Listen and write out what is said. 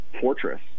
fortress